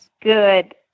Good